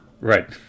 Right